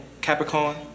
Capricorn